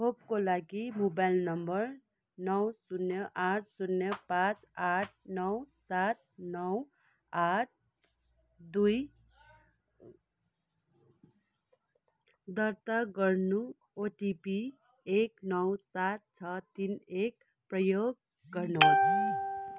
खोपका लागि mobile number नौ शून्य आठ शून्य पाँच आठ नौ सात नौ आठ दुई दर्ता गर्नु ओटिपी एक नौ सात छ तिन एक प्रयोग गर्नुहोस्